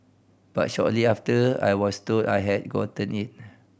but shortly after I was told I had gotten it